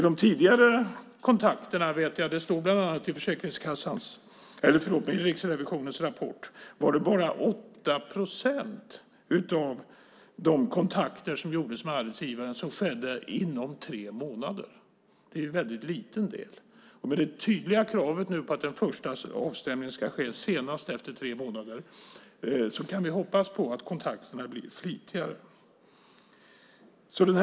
Det stod bland annat i Riksrevisionens rapport att det tidigare bara var 8 procent av de kontakter som gjordes med arbetsgivaren som skedde inom tre månader. Det är en väldigt liten del. Med det tydliga kravet nu på att den första avstämningen ska ske senast efter tre månader kan vi hoppas på att kontakterna blir flitigare.